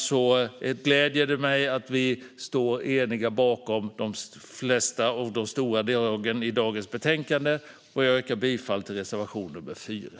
Det gläder mig att vi står eniga bakom de flesta av de stora delarna i dagens betänkande. Jag yrkar bifall till reservation nr 4.